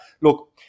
look